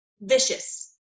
vicious